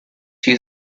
you